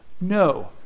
no